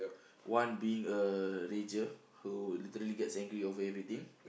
one being a rager who literally gets angry over everything